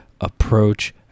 approach